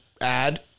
add